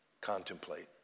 contemplate